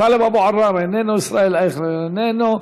טלב אבו ערר, איננו, ישראל אייכלר, איננו,